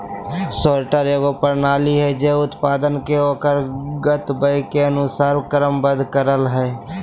sorter एगो प्रणाली हइ जे उत्पाद के ओकर गंतव्य के अनुसार क्रमबद्ध करय हइ